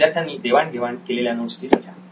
विद्यार्थ्यांनी देवाण घेवाण केलेल्या नोट्स ची संख्या